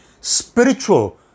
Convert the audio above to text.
spiritual